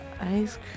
Ice